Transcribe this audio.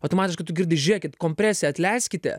automatiškai tu girdi žiūrėkit kompresiją atleiskite